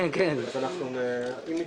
אם נצטרך, אז כן, אנחנו נבוא.